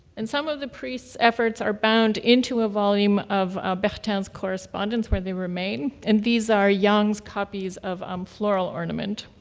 and some of the priests' efforts are bound into a volume of bertin's correspondence where they remain, and these are yang's copies of um floral ornament.